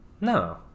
No